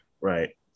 Right